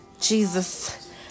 Jesus